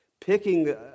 picking